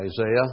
Isaiah